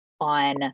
on